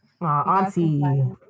Auntie